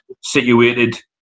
situated